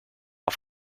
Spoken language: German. auf